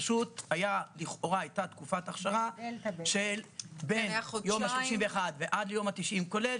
פשוט לכאורה היתה תקופת אכשרה של בין היום ה-31 ועד היום ה-90 כולל,